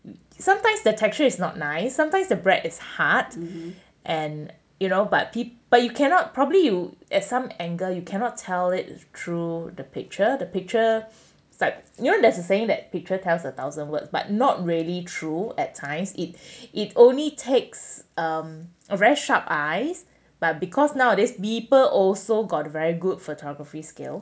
and sometimes the texture is not nice sometimes the bread is hard and you know but you cannot properly you at some angle you cannot tell it through the picture the picture ya there's a saying that picture tells a thousand words but not really true at times it it only takes um a very sharp eyes but because nowadays people also got very good photography skill